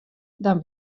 dan